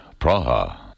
Praha